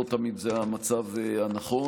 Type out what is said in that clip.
לא תמיד זה המצב הנכון.